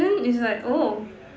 then is like oh